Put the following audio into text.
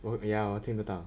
ya 我听得到